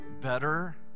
better